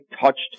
touched